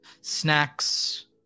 snacks